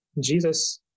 Jesus